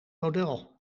model